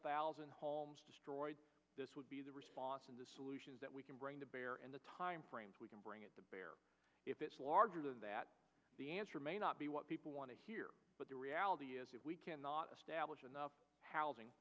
thousand this would be the response and the solutions that we can bring to bear and the time frame we can bring it to bear if it's larger than that the answer may not be what people want to hear but the reality is if we cannot establish enough housing